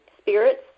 spirits